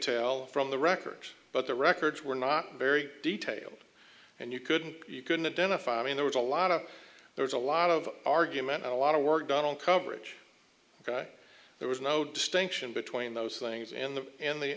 tell from the records but the records were not very detailed and you couldn't you couldn't identify i mean there was a lot of there was a lot of argument a lot of work done on coverage there was no distinction between those things in the in the